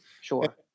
Sure